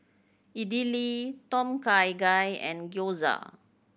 Idili Tom Kha Gai and Gyoza